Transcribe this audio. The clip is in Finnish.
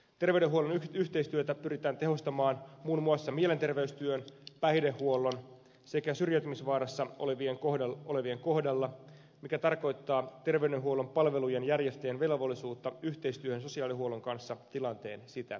terveydenhuollon yhteistyötä pyritään tehostamaan muun muassa mielenterveystyön päihdehuollon sekä syrjäytymisvaarassa olevien kohdalla mikä tarkoittaa terveydenhuollon palvelujen järjestäjän velvollisuutta yhteistyöhön sosiaalihuollon kanssa tilanteen sitä vaatiessa